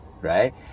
right